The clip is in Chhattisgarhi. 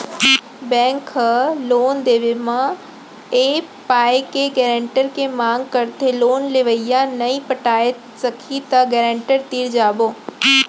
बेंक ह लोन देवब म ए पाय के गारेंटर के मांग करथे लोन लेवइया नइ पटाय सकही त गारेंटर तीर जाबो